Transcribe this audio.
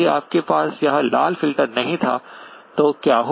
यदि आपके पास यह लाल फिल्टर नहीं था तो क्या होगा